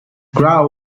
grau